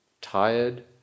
tired